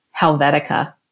Helvetica